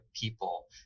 people